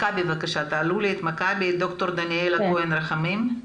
מכבי, ד"ר דניאלה כהן רחמים.